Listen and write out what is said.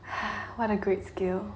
what a great skill